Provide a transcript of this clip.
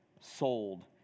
sold